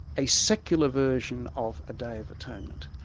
a secular version of a day of atonement,